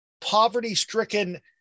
poverty-stricken